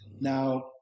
Now